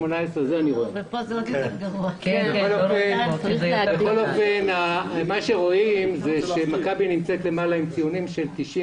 2018. רואים שמכבי נמצאת למעלה עם ציונים של 95,